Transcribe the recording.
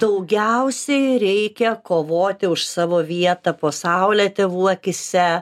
daugiausiai reikia kovoti už savo vietą po saule tėvų akyse